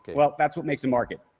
well, that's what makes the market.